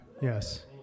Yes